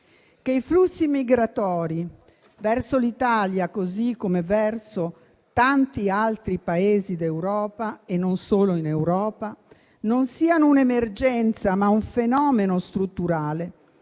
Che i flussi migratori verso l'Italia, così come verso tanti altri Paesi d'Europa - e non solo - non siano un'emergenza, ma un fenomeno strutturale,